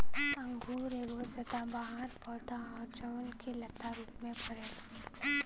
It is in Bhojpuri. अंगूर एगो सदाबहार पौधा ह जवन की लता रूप में फरेला